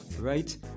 Right